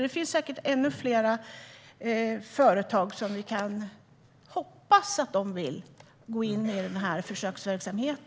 Det finns säkert fler företag som vi kan hoppas vill gå in i denna försöksverksamhet.